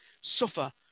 Suffer